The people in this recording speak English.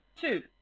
two